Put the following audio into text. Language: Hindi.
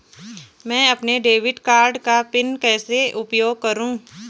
मैं अपने डेबिट कार्ड का पिन कैसे उपयोग करूँ?